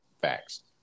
Facts